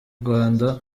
rwanda